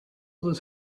this